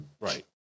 Right